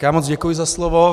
Já moc děkuji za slovo.